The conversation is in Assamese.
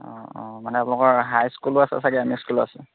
অঁ অঁ মানে আপোনালোকৰ হাই স্কুলো আছে চাগে এম ই স্কুলো আছে